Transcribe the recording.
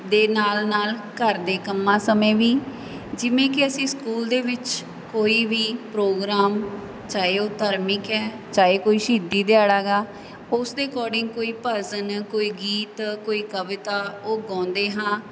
ਦੇ ਨਾਲ ਨਾਲ ਘਰ ਦੇ ਕੰਮਾਂ ਸਮੇਂ ਵੀ ਜਿਵੇਂ ਕਿ ਅਸੀਂ ਸਕੂਲ ਦੇ ਵਿੱਚ ਕੋਈ ਵੀ ਪ੍ਰੋਗਰਾਮ ਚਾਹੇ ਉਹ ਧਾਰਮਿਕ ਹੈ ਚਾਹੇ ਕੋਈ ਸ਼ਹੀਦੀ ਦਿਹਾੜਾ ਗਾ ਉਸ ਦੇ ਅਕੋਰਡਿੰਗ ਕੋਈ ਭਜਨ ਕੋਈ ਗੀਤ ਕੋਈ ਕਵਿਤਾ ਉਹ ਗਾਉਂਦੇ ਹਾਂ